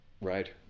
Right